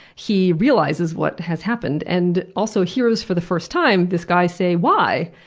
he realizes what has happened, and also hears for the first time this guy say why?